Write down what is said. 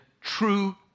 true